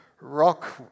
Rock